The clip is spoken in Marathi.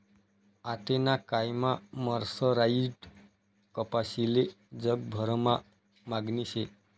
आतेना कायमा मर्सराईज्ड कपाशीले जगभरमा मागणी शे